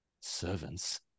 Servants